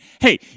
hey